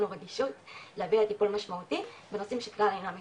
או רגישות להביא טיפול משמעותי בנושאים שכלל אינם מכירים,